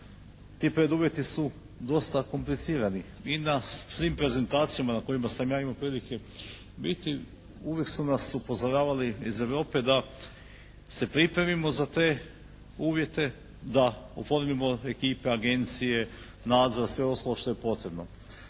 Ti preduvjeti su dosta komplicirani. I na svim prezentacijama na kojima sam ja imao prilike biti uvijek su nas upozoravali iz Europe da se pripremimo za te uvjete, da oformimo ekipe, agencije, nadzor, sve ostalo što je potrebno.